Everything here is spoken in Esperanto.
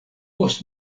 post